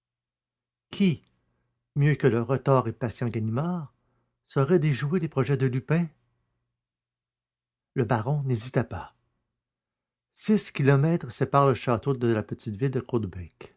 mieux que le retors et patient ganimard saurait déjouer les projets de lupin le baron n'hésita pas six kilomètres séparent le château de la petite ville de